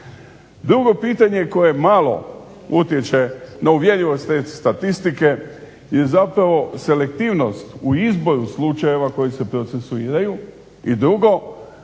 Drugo pitanje koje malo utječe na uvjerljivost … statistike je zapravo selektivnost u izboru slučajeva koji se procesuiraju. I drugo,